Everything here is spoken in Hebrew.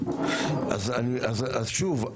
אז שוב,